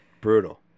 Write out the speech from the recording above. Brutal